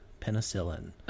penicillin